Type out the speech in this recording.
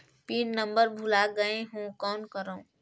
Pin number भुला गयें हो कौन करव?